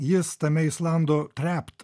jis tame islandų trept